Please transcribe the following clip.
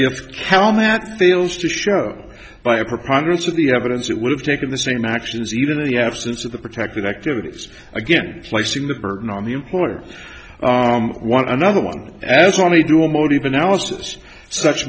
show by a preponderance of the evidence it would have taken the same actions even in the absence of the protected activities again placing the burden on the employer one another one as on a dual motive analysis such